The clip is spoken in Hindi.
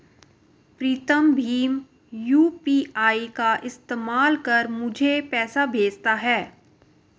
प्रीतम भीम यू.पी.आई का इस्तेमाल कर मुझे पैसे भेजता है